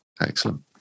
Excellent